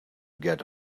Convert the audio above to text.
get